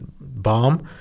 bomb